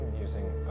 using